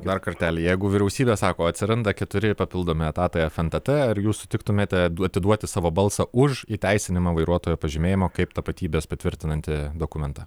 dar kartelį jeigu vyriausybė sako atsiranda keturi papildomi etatai fntt ar jūs sutiktumėte atiduoti savo balsą už įteisinimą vairuotojo pažymėjimo kaip tapatybės patvirtinantį dokumentą